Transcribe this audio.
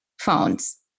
phones